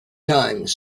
times